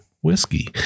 whiskey